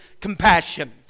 compassion